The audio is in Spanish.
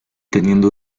teniendo